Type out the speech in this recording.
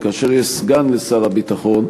כאשר יש סגן לשר הביטחון,